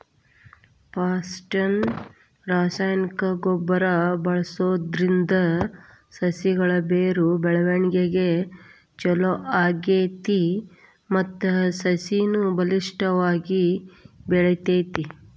phosphate ನ ರಾಸಾಯನಿಕ ಗೊಬ್ಬರ ಬಳ್ಸೋದ್ರಿಂದ ಸಸಿಗಳ ಬೇರು ಬೆಳವಣಿಗೆ ಚೊಲೋ ಆಗ್ತೇತಿ ಮತ್ತ ಸಸಿನು ಬಲಿಷ್ಠವಾಗಿ ಬೆಳಿತೇತಿ